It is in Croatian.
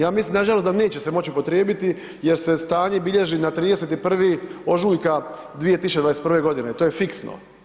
Ja mislim nažalost da neće se moći upotrijebiti jer se stanje bilježi na 31. ožujka 2021. godine, to je fiksno.